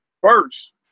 first